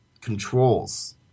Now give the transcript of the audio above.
controls